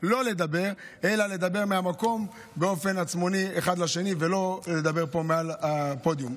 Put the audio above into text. אלא לדבר מהמקום באופן עצמוני אחד לשני ולא לדבר פה מעל הפודיום.